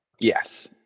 Yes